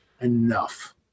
enough